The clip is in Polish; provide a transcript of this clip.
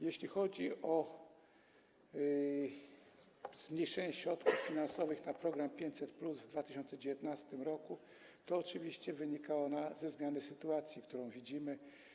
Jeśli chodzi o zmniejszenie środków finansowych na program 500+ w 2019 r., to oczywiście wynika to ze zmiany sytuacji, którą widzimy.